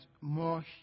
more